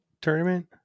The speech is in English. tournament